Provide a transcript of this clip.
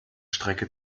strecke